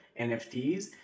NFTs